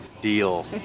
deal